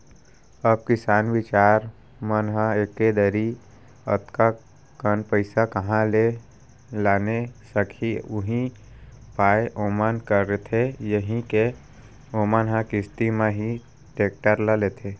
अब किसान बिचार मन ह एके दरी अतका कन पइसा काँहा ले लाने सकही उहीं पाय ओमन करथे यही के ओमन ह किस्ती म ही टेक्टर ल लेथे